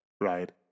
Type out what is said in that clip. right